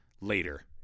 Later